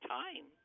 time